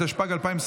התשפ"ג 2023